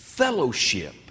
fellowship